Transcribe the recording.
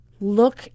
Look